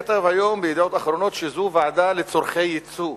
כתב היום ב"ידיעות אחרונות" שזו ועדה לצורכי יצוא.